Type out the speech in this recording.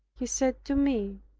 he said to me,